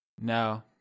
No